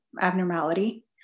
abnormality